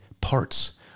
parts